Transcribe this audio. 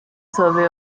survey